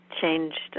changed